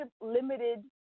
limited